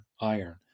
iron